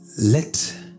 Let